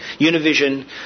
Univision